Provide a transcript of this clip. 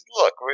look